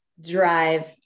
drive